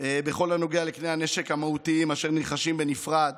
בכל הנוגע לכלי הנשק המהותיים אשר נרכשים בנפרד.